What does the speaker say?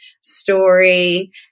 story